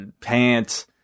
pants